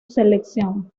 selección